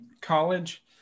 college